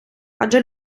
адже